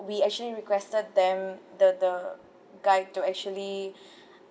we actually requested them the the guide to actually